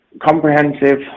comprehensive